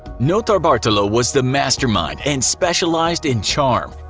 notarbartolo was the mastermind, and specialized in charm.